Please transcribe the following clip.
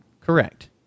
Correct